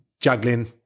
juggling